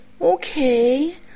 okay